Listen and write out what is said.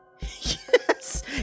Yes